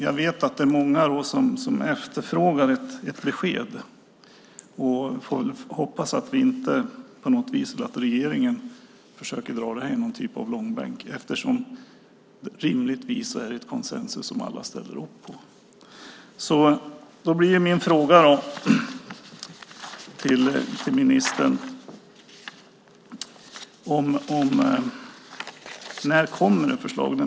Jag vet att många efterfrågar ett besked, och jag hoppas att regeringen inte försöker dra detta i någon typ av långbänk. Rimligtvis råder konsensus. När kommer förslaget?